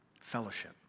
Fellowship